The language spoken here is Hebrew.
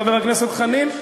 חבר הכנסת חנין,